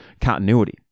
continuity